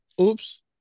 oops